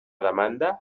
demanda